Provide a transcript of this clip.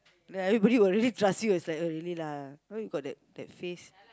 then everybody will really trust you is like really lah why you got that that face